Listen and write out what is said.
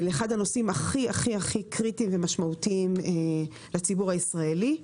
שאלה אחד הנושאים הכי הכי הכי קריטיים ומשמעותיים לציבור הישראלי.